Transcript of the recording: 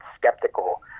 skeptical